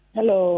Hello